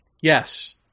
Yes